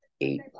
Eight